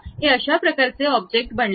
हे अशा प्रकारचे ऑब्जेक्ट बनवते